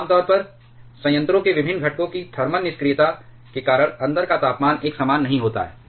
आमतौर पर संयंत्रों के विभिन्न घटकों की थर्मल निष्क्रियता के कारण अंदर का तापमान एक समान नहीं होता है